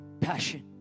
passion